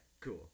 Cool